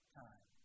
time